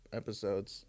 episodes